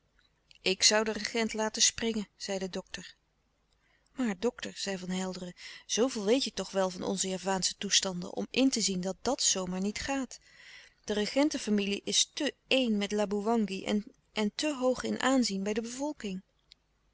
ik zoû den regent laten springen zei de dokter maar dokter zei van helderen zooveel weet je toch wel van onze javaansche toestanden om in te zien dat dat zoo maar niet gaat de regentenfamilie is te éen met laboewangi en te hoog in aanzien bij de bevolking